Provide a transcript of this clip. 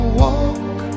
walk